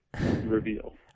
reveal